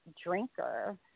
drinker